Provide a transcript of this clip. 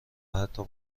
حتی